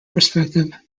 perspective